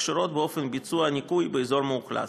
הקשורות לאופן ביצוע הניקוי באזור מאוכלס.